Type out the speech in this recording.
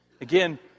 again